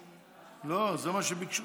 לא, זה מה שביקשו.